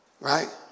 Right